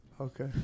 Okay